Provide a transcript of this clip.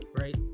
right